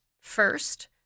First